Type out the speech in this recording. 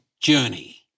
journey